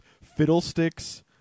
Fiddlesticks